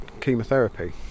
chemotherapy